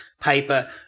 paper